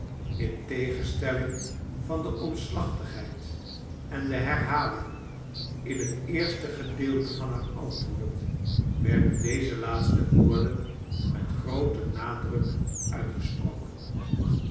la tegenstelling van de omslachtigheid en de herhalingen in het eerste gedeelte van haar antwoord werden deze laatste wo orden met grooten nadruk uitgesproken